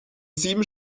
sieben